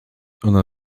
ona